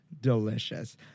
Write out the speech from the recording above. delicious